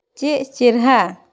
ᱪᱮᱫ ᱪᱮᱨᱦᱟ